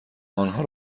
آنها